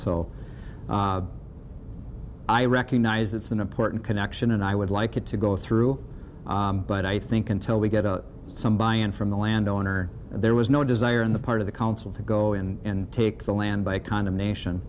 so i recognize it's an important connection and i would like it to go through but i think until we get a some buy in from the last and owner there was no desire on the part of the council to go in and take the land by condemnation